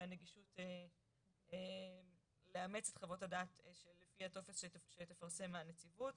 הנגישות לאמץ את חוות הדעת על פי הטופס שתפרסם הנציבות.